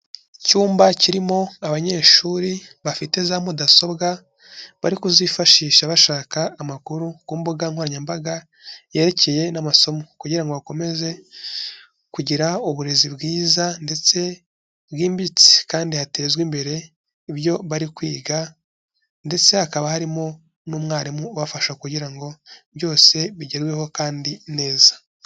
Icyumba kirimo abanyeshuri bafite za mudasobwa, bari kuzifashisha bashaka amakuru ku mbuga nkoranyambaga yerekeye n'amasomo, kugira ngo bakomeze kugira uburezi bwiza ndetse bwimbitse kandi hatezwe imbere ibyo bari kwiga, ndetse hakaba harimo n'umwarimu ubafasha kugira ngo byose bigerweho kandi neza.